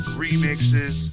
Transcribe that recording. remixes